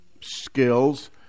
skills